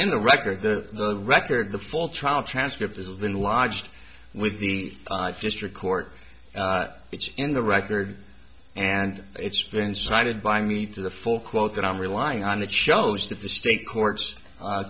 a record the the record the full trial transcript is been lodged with the just record it's in the record and it's been cited by need to the full quote that i'm relying on that shows that the state courts a